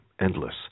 endless